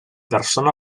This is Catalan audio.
persona